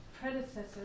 predecessors